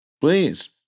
please